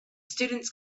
students